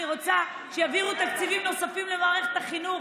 אני רוצה שיעבירו תקציבים נוספים למערכת החינוך,